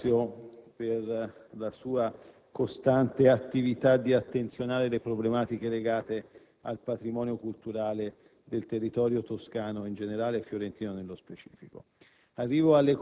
ringrazio per la sua costante attenzione alle problematiche legate al patrimonio culturale del territorio toscano in generale, e fiorentino nello specifico.